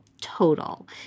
total